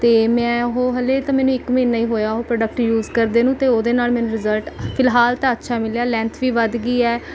ਅਤੇ ਮੈਂ ਉਹ ਹਾਲੇ ਤਾਂ ਮੈਨੂੰ ਇੱਕ ਮਹੀਨਾ ਹੀ ਹੋਇਆ ਉਹ ਪ੍ਰੋਡਕਟ ਯੂਜ਼ ਕਰਦੇ ਨੂੰ ਅਤੇ ਉਹਦੇ ਨਾਲ ਮੈਨੂੰ ਰਿਜ਼ਲਟ ਫਿਲਹਾਲ ਤਾਂ ਅੱਛਾ ਮਿਲਿਆ ਲੈਂਥ ਵੀ ਵੱਧ ਗਈ ਹੈ